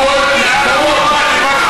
הכול נכון.